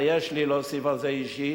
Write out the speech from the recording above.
מה יש לי להוסיף על זה אישית?